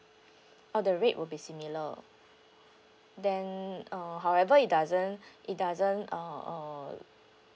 oh the rate would be similar then uh however it doesn't it doesn't uh uh